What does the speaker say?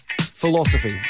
philosophy